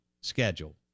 schedule